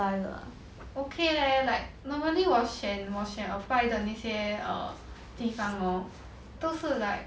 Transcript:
okay leh like normally 我选我选 apply 的那些 err 地方 hor 都是 like